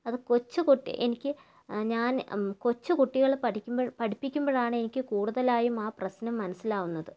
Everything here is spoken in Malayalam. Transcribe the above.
അത് കൊച്ചു കുട്ടി എനിക്ക് ഞാൻ കൊച്ചു കുട്ടികൾ പഠിക്കുമ്പോഴും പഠിപ്പിക്കുമ്പോഴാണെനിക്ക് കൂടുതലായും ആ പ്രശ്നം മനസ്സിലാവുന്നത്